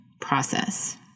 process